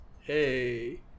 Hey